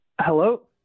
Hello